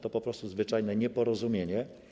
To po prostu zwyczajne nieporozumienie.